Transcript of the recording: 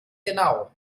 genau